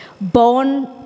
Born